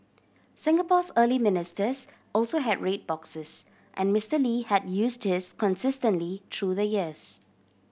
Singapore's early ministers also had red boxes and Mister Lee had used his consistently through the years